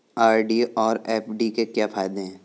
RD और FD के क्या फायदे हैं?